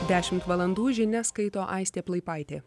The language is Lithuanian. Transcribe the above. dešimt valandų žinias skaito aistė plaipaitė